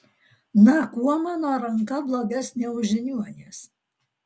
na kuo mano ranka blogesnė už žiniuonės